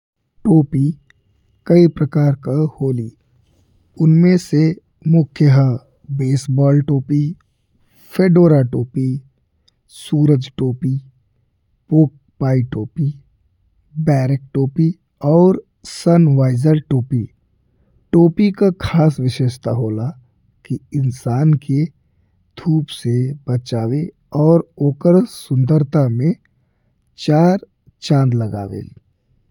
टोपी कई प्रकार का होली उनमे से मुख्य हा बेसबॉल टोपी, फेडोरा टोपी, सुरज टोपी, पोकपाई टोपी, बरेक टोपी और सनवाइजर टोपी। टोपी का खास विशेषता होला कि इंसान के धूप से बचावे और ओकर सुंदरता में चार चाँद लगावे।